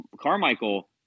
Carmichael